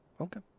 okay